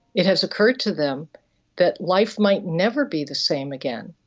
it has occurred to them that life might never be the same again,